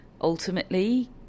ultimately